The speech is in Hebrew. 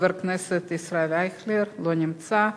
חבר הכנסת ישראל אייכלר, לא נמצא,